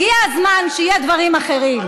הגיע הזמן שיהיו דברים אחרים.